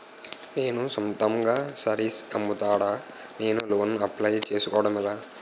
నేను సొంతంగా శారీస్ అమ్ముతాడ, నేను లోన్ అప్లయ్ చేసుకోవడం ఎలా?